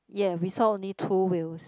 ya we saw only two whales